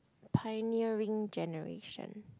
pioneering generation